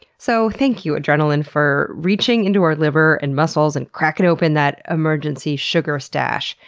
so, thank you adrenaline, for reaching into our liver, and muscles, and cracking open that emergency sugar stash.